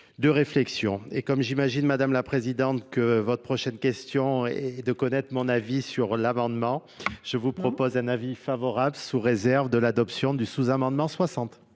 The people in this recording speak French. de réflexion et comme j'imagine, Mᵐᵉ la Présidente, que votre prochaine question est de connaître mon avis sur l'amendement, je vous proposee un avis favorable sous réserve de l'adoption du sous amendement 60.